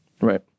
Right